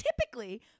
typically